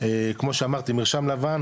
כמו שאמרתי מרשם לבן,